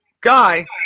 guy